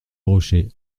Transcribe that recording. rocher